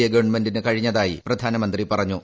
A ഗവൺമെന്റിന് കഴിഞ്ഞതായി പ്രധാനമന്ത്രി പറഞ്ഞു